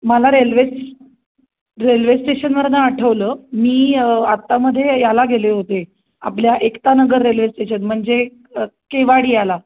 मला railway railway स्टेशनवरनं आठवलं मी आता मध्ये याला गेले होते आपल्या एकतानगर रेल्वे स्टेशन म्हणजे केवाडीयाला